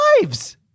lives